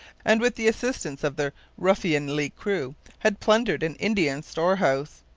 and with the assistance of their ruffianly crew had plundered an indian storehouse.